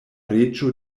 reĝo